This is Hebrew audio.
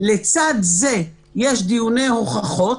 לצד זה יש דיוני הוכחות